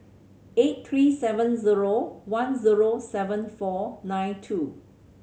eight three seven zero one zero seven four nine two